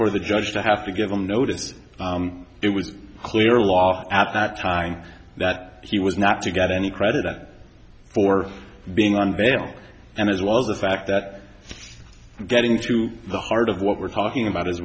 for the judge to have to give them notice it was clear law at that time that he was not to get any credit for being on bail and as well as the fact that getting to the heart of what we're talking about is